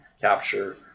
capture